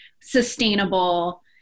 sustainable